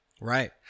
Right